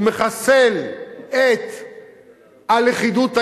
הוא מחסל את הלכידות הישראלית.